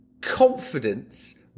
confidence